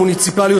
המוניציפליות,